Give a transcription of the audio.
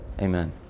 Amen